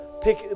pick